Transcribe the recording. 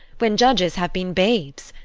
when judges have been babes.